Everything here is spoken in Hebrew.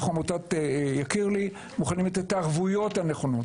עמותת יקיר לי מוכנה לתת ערבויות נכונות.